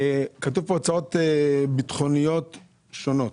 כתוב פה הצעות ביטחוניות שונות.